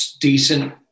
decent